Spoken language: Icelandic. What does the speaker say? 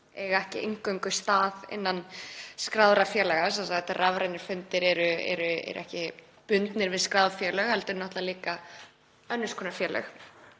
eiga sér ekki eingöngu stað innan skráðra félaga. Rafrænir fundir eru ekki bundnir við skráð félög heldur náttúrlega líka annars konar félög.